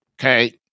Okay